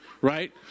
Right